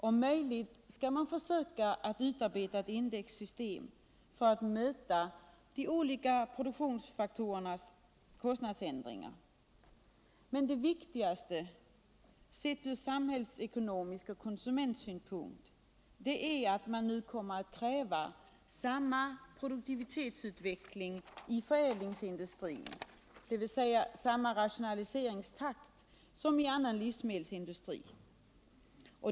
Om möjligt skall man försöka utarbeta ett indexsystem för att mäta de olika produktionstfaktorernas kostnadsändringar. Det viktigaste, sett från samhällsekonomisk synpunkt och konsumentsynpunkt, är att man nu kommer att kräva samma produktivitetsutveckling i förädlingsindustrin, dvs. samma rationaliseringstakt, som i annan livsmedelsindustri.